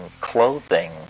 clothing